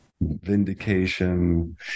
vindication